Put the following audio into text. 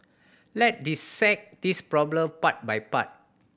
let's dissect this problem part by part